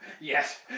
yes